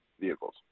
vehicles